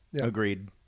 Agreed